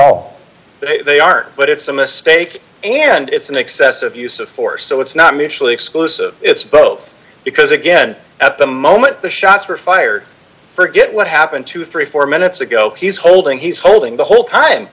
all they are but it's a mistake and it's an excessive use of force so it's not mutually exclusive it's both because again at the moment the shots were fired forget what happened two hundred and thirty four minutes ago he's holding he's holding the whole time